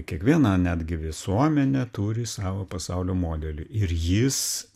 kiekviena netgi visuomenė turi savo pasaulio modelį ir jis